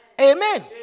Amen